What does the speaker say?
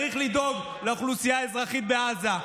צריך לדאוג לאוכלוסייה האזרחית בעזה.